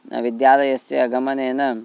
न विद्यालयस्य गमनेन